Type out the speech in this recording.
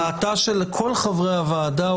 דעתם של כל חברי הוועדה,